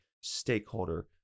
stakeholder